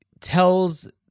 tells